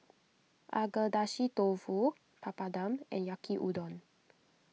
Agedashi Dofu Papadum and Yaki Udon